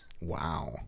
Wow